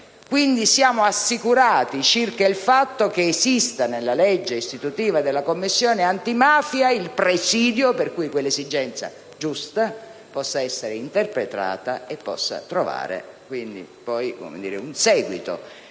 Quindi, siamo assicurati circa il fatto che esista, nella legge istitutiva della Commissione antimafia, il presidio per cui quell'esigenza giusta possa essere interpretata e possa trovare quindi un seguito